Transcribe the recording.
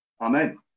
Amen